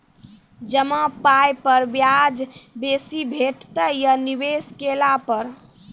जमा पाय पर ब्याज बेसी भेटतै या निवेश केला पर?